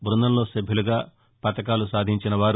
బృందంలో సభ్యులుగా పథకాలు సాధించిన వారు